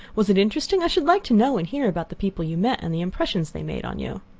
was it interesting? i should like to know and hear about the people you met, and the impressions they made on you.